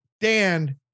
dan